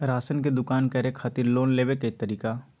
Ration के दुकान करै खातिर लोन लेबै के तरीका?